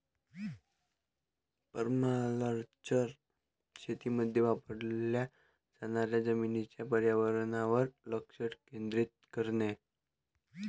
permaculture शेतीमध्ये वापरल्या जाणाऱ्या जमिनीच्या पर्यावरणावर लक्ष केंद्रित करते